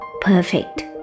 perfect